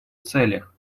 целях